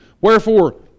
Wherefore